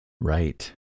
Right